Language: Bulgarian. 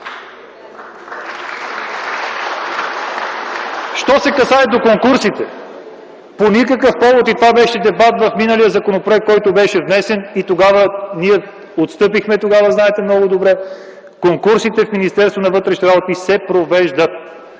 Що се касае до конкурсите. По никакъв повод, това беше дебат в миналия законопроект, който беше внесен, и тогава ние отстъпихме – знаете много добре. Конкурсите в Министерството на вътрешните работи се провеждат!